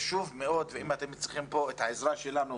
חשוב מאוד, ואם אתם צריכים כאן את העזרה שלנו